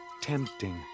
tempting